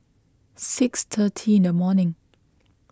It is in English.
six thirty in the morning